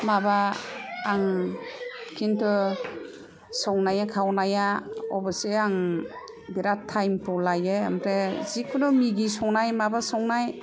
माबा आं खिन्थु संनाय खावनाया अबसे आं बिराथ टाइमखौ लायो ओमफ्राय जिखुनो मेगि संनाय माबा संनाय